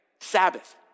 Sabbath